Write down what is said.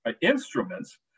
instruments